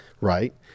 right